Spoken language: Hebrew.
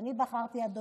ואני בחרתי, אדוני,